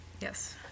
Yes